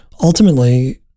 ultimately